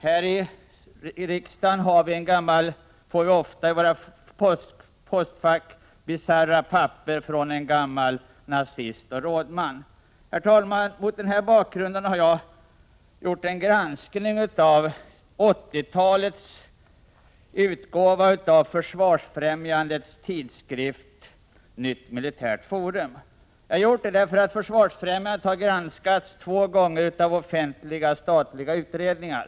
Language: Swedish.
Här i riksdagen får vi ofta i våra postfack bisarra papper från en gammal nazist och rådman. Herr talman! Mot denna bakgrund har jag gjort en granskning av 80-talets utgåva av Försvarsfrämjandets tidskrift Fritt militärt forum. Jag har gjort det därför att Försvarsfrämjandet har granskats två gånger av offentliga statliga utredningar.